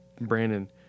Brandon